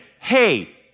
hey